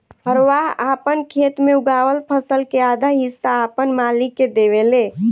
हरवाह आपन खेत मे उगावल फसल के आधा हिस्सा आपन मालिक के देवेले